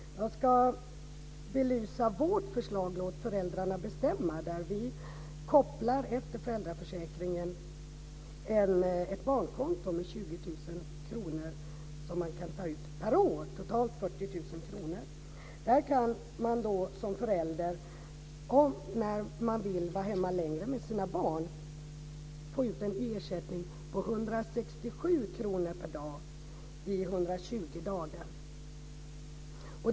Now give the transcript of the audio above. Jag ska belysa vårt förslag, "Låt föräldrarna bestämma!". Vi kopplar ett barnkonto efter föräldraförsäkringen. Man kan ta ut 20 000 kr per år, totalt 40 000 kr. Som föräldrar kan man när man vill vara hemma längre med sina barn få ut en ersättning på 167 kr per dag i 120 dagar.